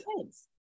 kids